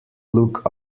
look